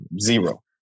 Zero